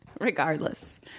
regardless